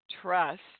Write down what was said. trust